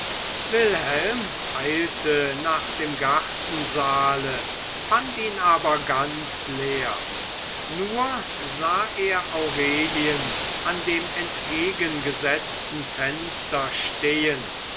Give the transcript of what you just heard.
wilhelm eilte nach dem gartensaale fand ihn aber ganz leer nur sah er aurelien an dem entgegengesetzten fenster stehen